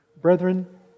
Brethren